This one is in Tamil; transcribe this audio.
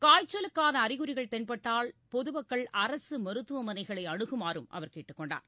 காய்ச்சலுக்கான அறிகுறிகள் தென்பட்டால் பொதுமக்கள் அரசு மருத்துவமனைகளை அணகுமாறும் அவர் கேட்டுக் கொண்டார்